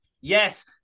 yes